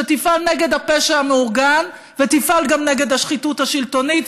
שתפעל נגד הפשע המאורגן ותפעל גם נגד השחיתות השלטונית.